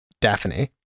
Daphne